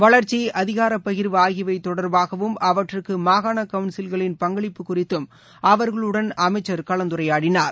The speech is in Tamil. வளர்ச்சி அதிகாரப்பகிர்வு ஆகியவை தொடர்பாகவும் அவற்றுக்கு மாகாண கவுன்சில்களின் பங்களிப்பு குறித்தும் அவர்களுடன் அமைச்சர் கலந்துரையாடினார்